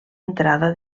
entrada